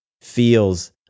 feels